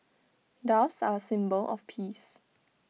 doves are A symbol of peace